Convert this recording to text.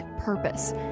purpose